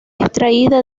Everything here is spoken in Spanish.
extraída